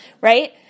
right